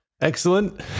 Excellent